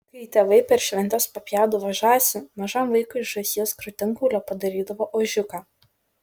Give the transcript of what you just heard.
kai tėvai per šventes papjaudavo žąsį mažam vaikui iš žąsies krūtinkaulio padarydavo ožiuką